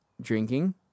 drinking